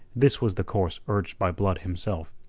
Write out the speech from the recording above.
this was the course urged by blood himself.